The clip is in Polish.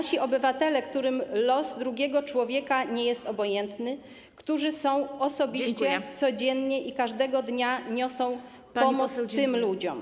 nasi obywatele, którym los drugiego człowieka nie jest obojętny, którzy osobiście codziennie, każdego dnia niosą pomoc tym ludziom.